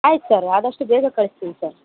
ಆಯ್ತು ಸರ್ ಆದಷ್ಟು ಬೇಗ ಕಳಿಸ್ತೀವಿ ಸರ್